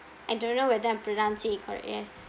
I don't know whether I'm pronouncing it correct yes